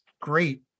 great